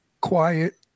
quiet